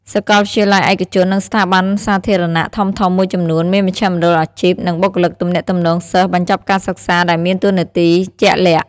សាកលវិទ្យាល័យឯកជន និងស្ថាប័នសាធារណៈធំៗមួយចំនួន មានមជ្ឈមណ្ឌលអាជីព និងបុគ្គលិកទំនាក់ទំនងសិស្សបញ្ចប់ការសិក្សាដែលមានតួនាទីជាក់លាក់។